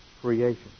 creation